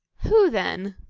who then?